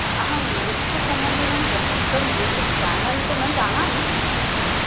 अहं नृत्यसम्बन्धिनं प्रसिद्धं यूटूब् चानल् तु न जानामि